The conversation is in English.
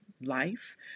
life